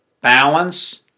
balance